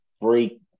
freak